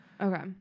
Okay